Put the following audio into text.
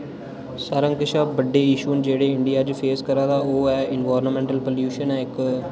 सारे कशा बड्डे इश्यू न जेह्डे़ इंडिया च फेस करा दा ओह् ऐ एनवायर्नमेंटल पॉल्यूशन ऐ इक